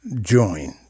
join